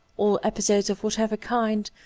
all episodes of whatever kind,